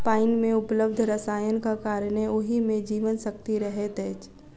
पाइन मे उपलब्ध रसायनक कारणेँ ओहि मे जीवन शक्ति रहैत अछि